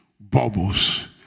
bubbles